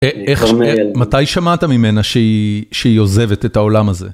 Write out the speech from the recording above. מתי שמעת ממנה שהיא עוזבת את העולם הזה?